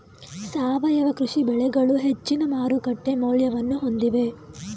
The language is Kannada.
ಸಾವಯವ ಕೃಷಿ ಬೆಳೆಗಳು ಹೆಚ್ಚಿನ ಮಾರುಕಟ್ಟೆ ಮೌಲ್ಯವನ್ನು ಹೊಂದಿವೆ